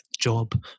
job